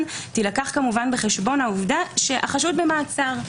תילקח בחשבון העובדה שהחשוד במעצר.